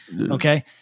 Okay